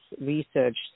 research